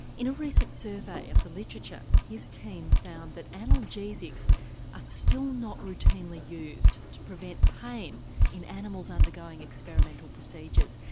in a recent survey of the literature his team found that analgesics are ah still not routinely used to prevent pain in animals undergoing experimental procedures,